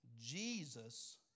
Jesus